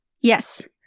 Yes